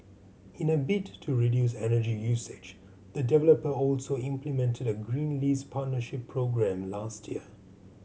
in a bid to reduce energy usage the developer also implemented a green lease partnership programme last year